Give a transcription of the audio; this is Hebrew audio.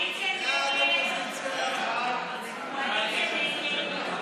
הצעת סיעות ישראל ביתנו וימינה להביע אי-אמון